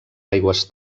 aigües